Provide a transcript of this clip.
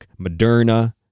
Moderna